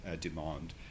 demand